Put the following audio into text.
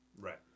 Right